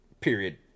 Period